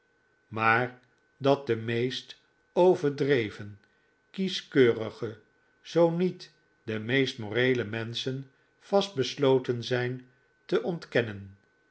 maar dat de meest overdreven kieskeurige zoo niet de meest moreele menschen vast besloten zijn te ontkennen